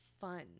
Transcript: fun